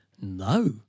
No